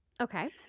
Okay